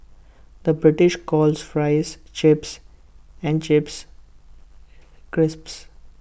the British calls Fries Chips and Chips Crisps